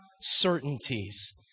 certainties